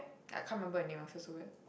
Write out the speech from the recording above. I can't remember her name I feel so bad